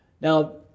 Now